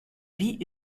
vie